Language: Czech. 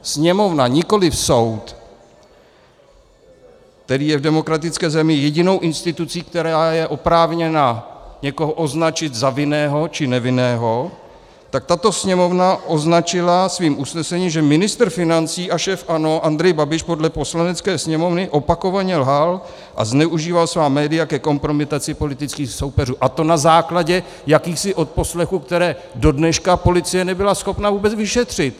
Sněmovna nikoliv soud, který je v demokratické zemi jedinou institucí, která je oprávněna někoho označit za vinného či nevinného tak tato Sněmovna označila svým usnesením, že ministr financí a šéf ANO Andrej Babiš podle Poslanecké sněmovny opakovaně lhal a zneužíval svá média ke kompromitaci politických soupeřů, a to na základě jakýchsi odposlechů, které do dneška policie nebyla schopna vůbec vyšetřit.